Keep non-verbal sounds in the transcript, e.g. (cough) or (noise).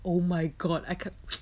oh my god I kept (noise)